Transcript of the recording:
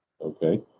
Okay